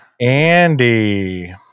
Andy